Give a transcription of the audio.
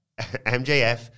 MJF